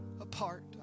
apart